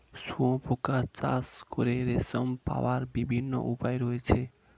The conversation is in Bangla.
শুঁয়োপোকা চাষ করে রেশম পাওয়ার বিভিন্ন উপায় রয়েছে